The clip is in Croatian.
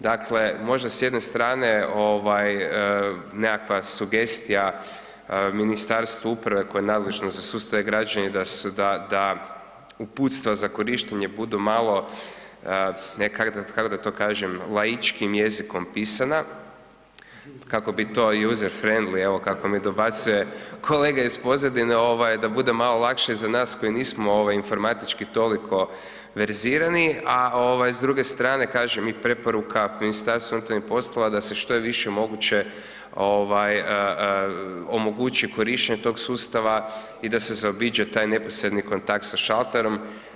Dakle, možda s jedne strane nekakva sugestija Ministarstvu uprave koje je nadležno za sustav E-građani da uputstva za korištenje budu malo, kako da to kažem, laičkim jezikom pisana, kako bi to i user friendly, kako mi dobacuje kolega iz pozadine, da bude malo lakše i za nas koji nismo informatički toliko verzirani a s druge strane, kažem i preporuka MUP-a da se što je više moguće omogući korištenje tog sustava i da se zaobiđe taj neposredni kontakt sa šalterom.